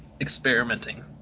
experimenting